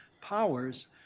powers